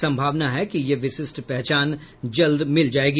संभावना है कि यह विशिष्ट पहचान जल्द मिल जायेगी